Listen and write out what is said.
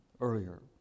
earlier